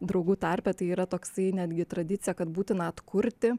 draugų tarpe tai yra toksai netgi tradicija kad būtina atkurti